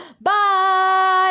bye